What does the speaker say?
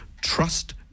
trust